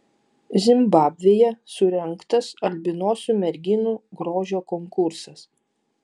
zimbabvėje surengtas albinosių merginų grožio konkursas